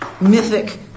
mythic